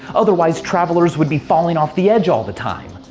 otherwise travellers would be falling off the edge all the time.